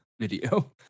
video